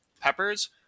peppers